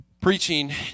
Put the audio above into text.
preaching